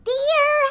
Dear